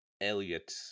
Elliot